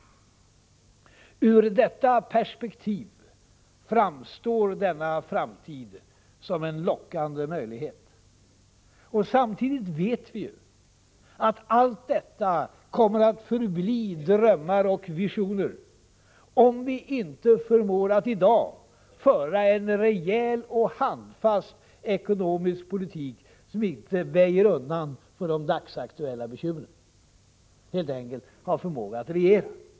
Ur detta perspektiv framstår denna framtid som en lockande möjlighet. Samtidigt vet vi att allt detta kommer att förbli drömmar och visioner om vi inte förmår att i dag föra en rejäl och handfast ekonomisk politik som icke väjer undan för de dagsaktuella bekymren, dvs. helt enkelt har förmågan att reagera.